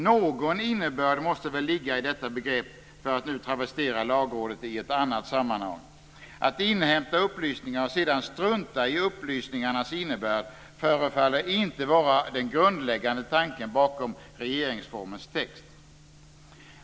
Någon innebörd måste väl ligga i detta begrepp, för att nu travestera Lagrådet i ett annat sammanhang. Att inhämta upplysningar och sedan strunta i upplysningarnas innebörd förefaller inte vara den grundläggande tanken bakom regeringsformens text.